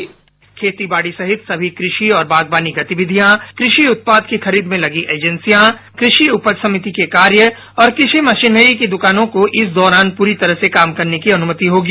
bite खेती बाड़ी सहित सभी कृषि और बागबानी गतिविधियां कृषि उत्पाद की खरीद में लगी एजेंसियां कृषि उपज समिति के कार्य और कृषि मशीनरी की दुकानों को इस दौरान पूरी तरह से काम करने की अनुमति होगी